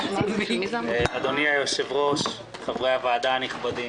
אדוני היושב-ראש, חברי הוועדה הנכבדים.